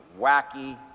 wacky